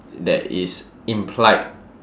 that is implied